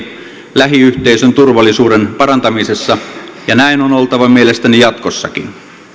lähiyhteisön turvallisuuden parantamisessa ja näin on oltava mielestäni jatkossakin